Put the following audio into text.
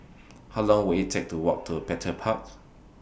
How Long Will IT Take to Walk to Petir Park